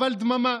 אבל, דממה.